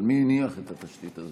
אבל מי הניח את התשתית הזאת?